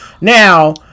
Now